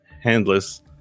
handless